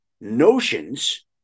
notions